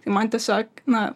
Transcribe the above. tai man tiesiog na